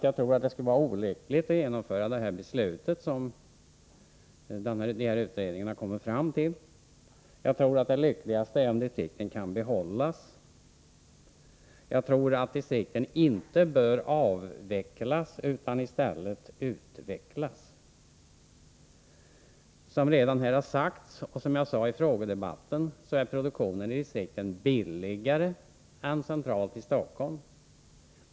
Jag tror att det skulle vara olyckligt att fatta beslut i enlighet med utredningens förslag. Det lyckligaste vore om distrikten kunde behållas. Jag tycker att distrikten inte bör avvecklas utan i stället utvecklas. Som redan här har sagts, och som jag sade i frågedebatten, är produktionen i distrikten billigare än produktionen centralt i Stockholm.